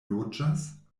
loĝas